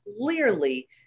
clearly